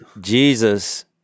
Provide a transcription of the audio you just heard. Jesus